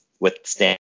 withstand